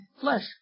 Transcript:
flesh